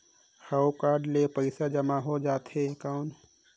हव कारड ले पइसा जमा हो जाथे कौन?